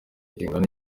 kingana